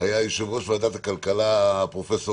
היה יושב-ראש ועדת הכלכלה, הפרופ'